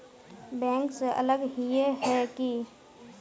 Bank से अलग हिये है की?